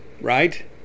right